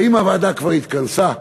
האם הוועדה כבר התכנסה?